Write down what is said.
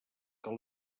que